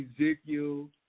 Ezekiel